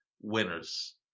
winners